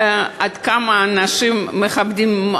עד כמה אנשים מכבדים,